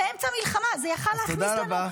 -- באמצע מלחמה -- תודה רבה.